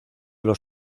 los